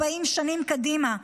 40 שנים קדימה,